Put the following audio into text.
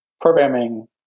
programming